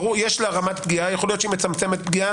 יכול להיות שהיא מצמצמת פגיעה,